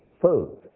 food